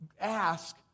ask